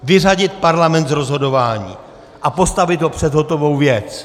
Vyřadit Parlament z rozhodování a postavit ho před hotovou věc.